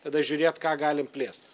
tada žiūrėt ką galim plėst